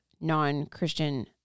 non-Christian